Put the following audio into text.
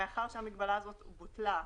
מאחר והמגבלות בוטלו,